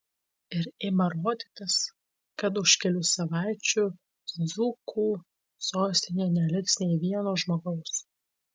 ir ima rodytis kad už kelių savaičių dzūkų sostinėje neliks nei vieno žmogaus